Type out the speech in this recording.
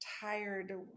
tired